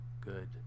good